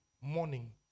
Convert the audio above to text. morning